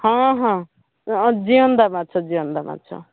ହଁ ହଁ ଜିଅନ୍ତା ମାଛ ଜିଅନ୍ତା ମାଛ